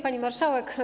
Pani Marszałek!